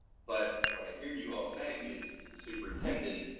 but what i hear you all saying is to the superintendent,